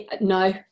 No